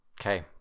Okay